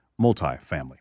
multifamily